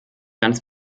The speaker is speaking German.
ganz